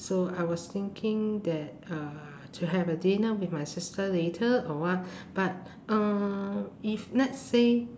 so I was thinking that uh to have a dinner with my sister later or what but uh if let's say